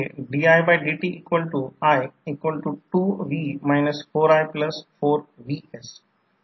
परंतु E2 V2 कारण ही गोष्ट या बाजूला बदलली आहे E2 V2 म्हणजे R1 V2 K N1 N2 K म्हणून E1 K V2 आणि मला ते साफ करू द्या